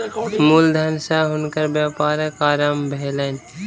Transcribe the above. मूल धन सॅ हुनकर व्यापारक आरम्भ भेलैन